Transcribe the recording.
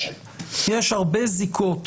יש הרבה זיקות,